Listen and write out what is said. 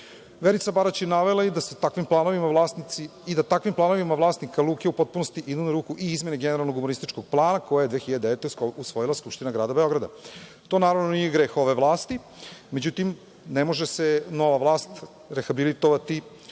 Barać je navela i da takvim planovima vlasnika luke u potpunosti idu na ruku i izmene generalnog urbanističkog plana, koji je 2009. usvojila Skupština grada Beograda. To naravno nije greh ove vlasti, međutim, ne može se nova vlast rehabilitovati